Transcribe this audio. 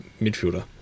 midfielder